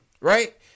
right